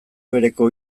bereko